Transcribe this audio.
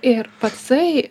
ir pacai